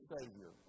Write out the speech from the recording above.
Savior